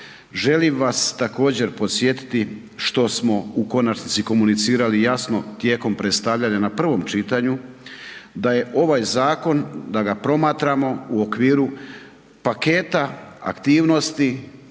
želim vas također podsjetiti što smo u konačnici komunicirali jasno tijekom predstavljanja na prvom čitanju da je ovaj zakon, da ga promatramo u okviru paketa aktivnosti